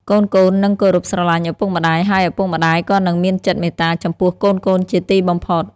កូនៗនឹងគោរពស្រឡាញ់ឪពុកម្ដាយ ហើយឪពុកម្ដាយក៏នឹងមានចិត្តមេត្តាចំពោះកូនៗជាទីបំផុត។